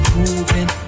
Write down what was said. moving